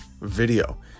video